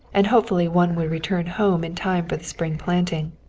and hopefully one would return home in time for the spring planting.